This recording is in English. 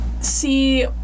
see